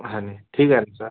हां ना ठीक आहे ना सर